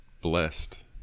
blessed